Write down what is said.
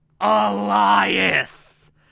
Elias